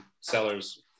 sellers